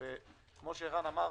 כפי שערן אמר,